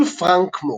רודולף פרנק מור,